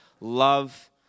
Love